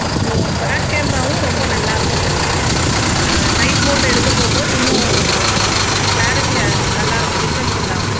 அப்றம் பேக் கேமராவும் ரொம்ப நல்லாயிருக்குது நைட் மோட்டில் இருக்க போகும் போது இன்னும் க்ளாரிட்டியாக நல்லாயிருக்கு டிஃப்ரன்ஸ் இல்லாமல்